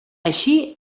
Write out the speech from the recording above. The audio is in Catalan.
així